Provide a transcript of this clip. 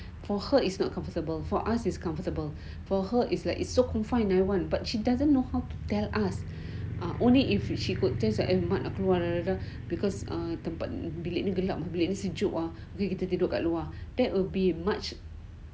for her it's not comfortable for us it's comfortable for her it's like it's so confined no one but she doesn't know how to tell us ah only if she could tell mak nak keluar because ah bilik ni gelap lah bilik ni sejuk ah okay kita tidur kat luar that will be much